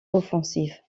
offensive